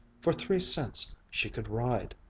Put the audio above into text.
for three cents she could ride.